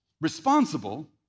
responsible